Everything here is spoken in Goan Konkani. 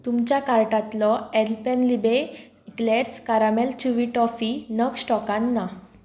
तुमच्या कार्टांतलो Alpenliebe eclairs caramel chewy toffee नग स्टॉकांत ना